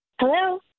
Hello